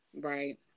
right